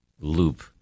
loop